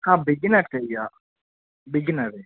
బిగినర్స్కే యా బిగినర్